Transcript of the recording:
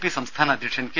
P സംസ്ഥാന അദ്ധ്യക്ഷൻ K